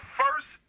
first